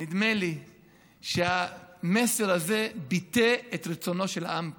נדמה לי שהמסר הזה ביטא את רצונו של העם כאן,